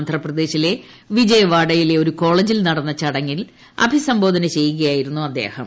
ആന്ധ്രാപ്രദേശിലെ വിജയവാഡിയിലെ ഒരു കോളേജിൽ നടന്ന ചടങ്ങിൽ അഭിസംബോധന് ച്ചിയ്യുകയായിരുന്നു അദ്ദേഹം